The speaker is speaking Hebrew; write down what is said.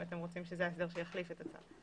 אם אתם רוצים שזה ההסדר שיחליף אותה.